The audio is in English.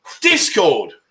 discord